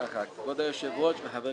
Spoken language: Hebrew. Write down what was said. כבוד היושב-ראש וחברי הכנסת.